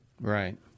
right